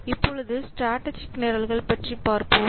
இப்பொழுது ஸ்ட்ராடஜிக் நிரல்கள் பற்றி பார்ப்போம்